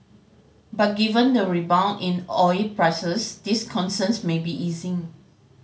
but given the rebound in oil prices these concerns may be easing